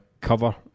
cover